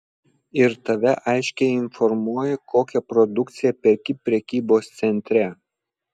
ir tave aiškiai informuoja kokią produkciją perki prekybos centre